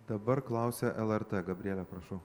dabar klausia lrt gabriele prašau